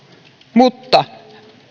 mutta